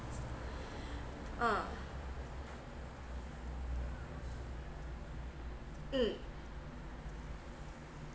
uh mm